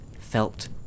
felt